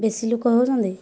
ବେଶି ଲୋକ ହେଉଛନ୍ତି